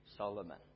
Solomon